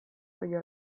baina